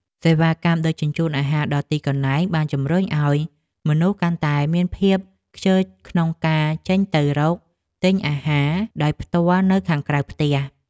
សេវាកម្មដឹកជញ្ជូនអាហារដល់ទីកន្លែងបានជម្រុញឲ្យមនុស្សកាន់តែមានភាពខ្ជិលក្នុងការចេញទៅរកទិញអាហារដោយផ្ទាល់នៅខាងក្រៅផ្ទះ។